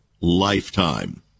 lifetime